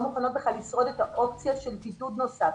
מוכנות בכלל לשרוד את האופציה של בידוד נוסף,